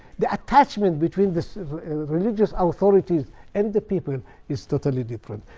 the attachment between the so religious um authorities and the people is totally different.